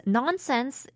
nonsense